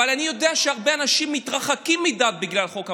אבל אני יודע שהרבה אנשים מתרחקים מהדת בגלל חוק המרכולים.